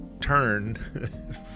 turn